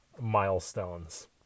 milestones